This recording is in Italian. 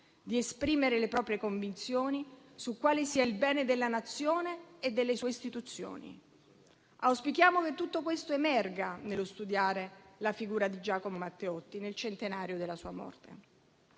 di esprimere le proprie convinzioni su quale sia il bene della Nazione e delle sue istituzioni. Auspichiamo che tutto questo emerga nello studiare la figura di Giacomo Matteotti nel centenario della sua morte.